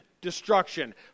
destruction